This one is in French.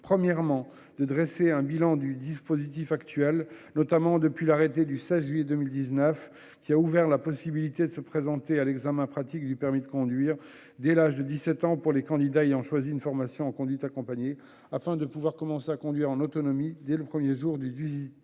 premier lieu, de dresser un bilan du dispositif en vigueur depuis l'arrêté du 16 juillet 2019, qui « a ouvert la possibilité de se présenter à l'examen pratique du permis de conduire dès l'âge de 17 ans pour les candidats ayant choisi une formation en conduite accompagnée, afin de pouvoir commencer à conduire en autonomie dès le premier jour du 18